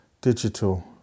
digital